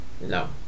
No